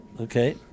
Okay